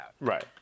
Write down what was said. right